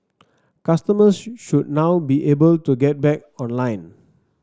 customers should now be able to get back online